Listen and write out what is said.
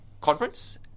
Conference